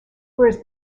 whereas